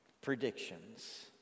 predictions